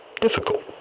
difficult